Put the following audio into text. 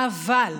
אבל,